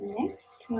next